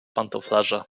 pantoflarze